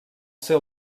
ser